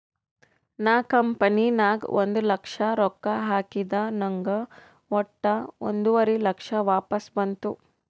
ನಾ ಕಂಪನಿ ನಾಗ್ ಒಂದ್ ಲಕ್ಷ ರೊಕ್ಕಾ ಹಾಕಿದ ನಂಗ್ ವಟ್ಟ ಒಂದುವರಿ ಲಕ್ಷ ವಾಪಸ್ ಬಂತು